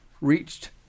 reached